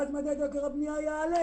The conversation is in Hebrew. ואז מדד תשומות הבנייה יעלה,